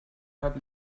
halb